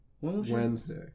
Wednesday